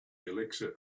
elixir